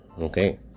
Okay